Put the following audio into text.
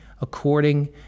according